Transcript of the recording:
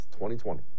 2020